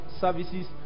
services